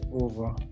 over